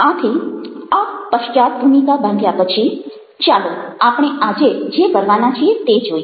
આથી આ પશ્ચાદ્ભૂમિકા બાંધ્યા પછી ચાલો આપણે આજે જે કરવાના છીએ તે જોઈએ